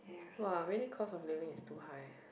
!wah! really cost of living is too high